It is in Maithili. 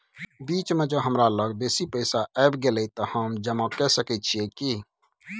बीच म ज हमरा लग बेसी पैसा ऐब गेले त हम जमा के सके छिए की?